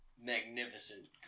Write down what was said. magnificent